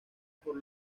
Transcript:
por